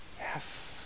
Yes